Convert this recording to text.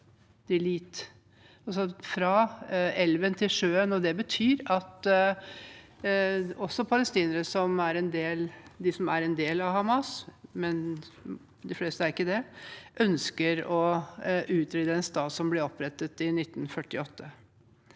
– altså fra elven til sjøen. Det betyr at også palestinere som er en del av Hamas, de fleste er ikke det, ønsker å utrydde en stat som ble opprettet i 1948.